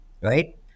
right